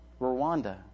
Rwanda